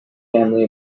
family